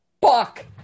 Fuck